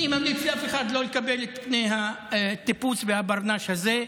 אני ממליץ לאף אחד לא לקבל את פני הטיפוס והברנש הזה.